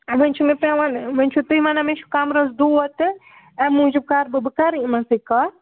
وۄنۍ چھُ مےٚ پٮ۪وان وۄنۍ چھُو تُہۍ وَنان مےٚ چھُ کَمرَس دود تہٕ اَمۍ موٗجوٗب کَرٕ بہٕ بہٕ کَرٕ یِمَن سۭتۍ کَتھ